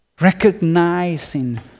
recognizing